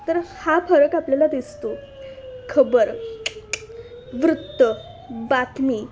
तर हा फरक आपल्याला दिसतो खबर वृत्त बातमी